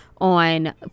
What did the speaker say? on